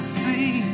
see